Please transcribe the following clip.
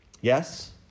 Yes